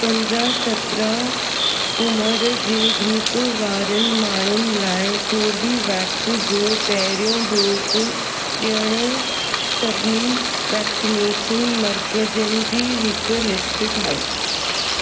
पंदरहं सतरहं उमिरि जे ग्रुप वारनि माण्हुनि लाइ कोर्बीवेक्स जो पहिरियों डोज़ ॾियणु सभिनी वैक्सिनेशन मर्कज़नि जी हिकु लिस्ट ठाहियो